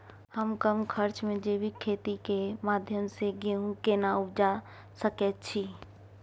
हम कम खर्च में जैविक खेती के माध्यम से गेहूं केना उपजा सकेत छी?